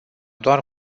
doar